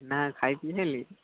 ନା ଖାଇ ପି ସାରିଲେଣି